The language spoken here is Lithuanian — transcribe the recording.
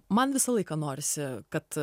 man visą laiką norisi kad